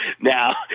Now